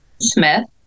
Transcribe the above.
Smith